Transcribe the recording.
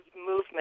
movement